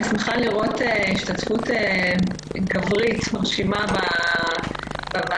אני שמחה לראות השתתפות גברית מרשימה בוועדה.